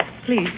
Please